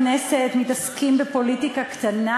חברי הכנסת, מתעסקים בפוליטיקה קטנה?